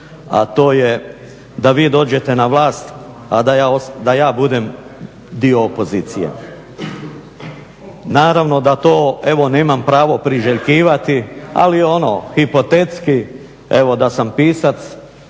a to je da vi dođete na vlast, a da ja budem dio opozicije. Naravno da to, evo nemam pravo priželjkivati, ali ono hipotetski, evo da sam pisac